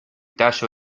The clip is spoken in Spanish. tallo